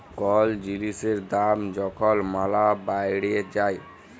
call জিলিসের দাম যখল ম্যালা বাইড়ে যায়